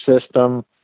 system